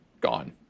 gone